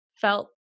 felt